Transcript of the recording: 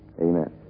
amen